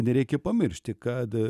nereikia pamiršti kad